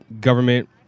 government